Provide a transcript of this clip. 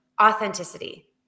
authenticity